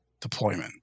deployment